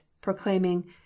proclaiming